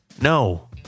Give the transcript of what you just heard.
No